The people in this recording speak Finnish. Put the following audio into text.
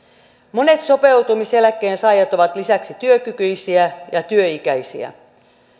monet sopeutumiseläkkeen saajat ovat lisäksi työkykyisiä ja työikäisiä